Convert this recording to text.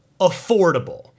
affordable